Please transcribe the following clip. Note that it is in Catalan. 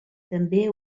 també